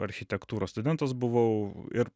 architektūros studentas buvau ir